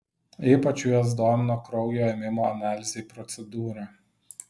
ypač juos domino kraujo ėmimo analizei procedūra